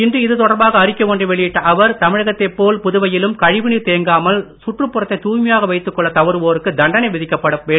இன்று இது தொடர்பாக அறிக்கை ஒன்றை வெளியிட்ட அவர் தமிழகத்தைப் போல புதுவையிலும் கழிவுநீர் தேங்காமல் சுற்றுப்புறத்தை தூய்மையாக வைத்துக் கொள்ள தவறுவோருக்கு தண்டனை விதிக்கப்பட வேண்டும் என்றார்